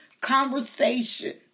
conversation